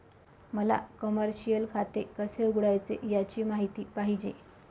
मला कमर्शिअल खाते कसे उघडायचे याची माहिती पाहिजे